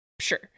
Sure